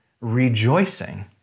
rejoicing